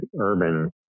urban